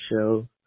show